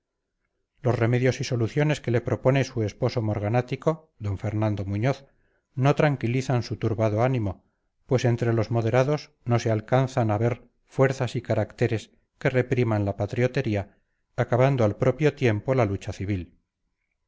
los remedios y soluciones que le propone su esposo morganático d fernando muñoz no tranquilizan su turbado ánimo pues entre los moderados no se alcanzan a ver fuerzas y caracteres que repriman la patriotería acabando al propio tiempo la lucha civil